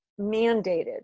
mandated